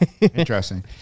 Interesting